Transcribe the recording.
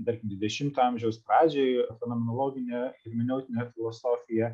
dar dvidešimto amžiaus pradžioj fenomenologinė hermeneutinė filosofija